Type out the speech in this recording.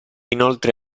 inoltre